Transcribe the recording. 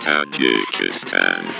Tajikistan